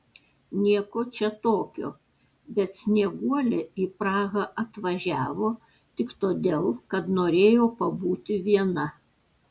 nieko čia tokio bet snieguolė į prahą atvažiavo tik todėl kad norėjo pabūti viena